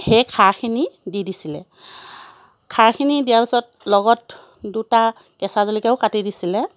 সেই খাৰখিনি দি দিছিলে খাৰখিনি দিয়াৰ পাছত লগত দুটা কেঁচা জলকীয়াও কাটি দিছিলে